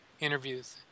interviews